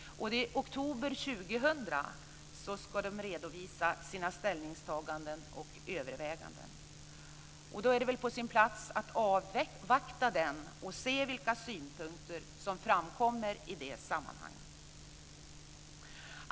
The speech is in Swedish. I oktober 2000 ska den redovisa sina ställningstaganden och överväganden. Då är det väl på sin plats att avvakta och se vilka synpunkter som framkommer i det sammanhanget.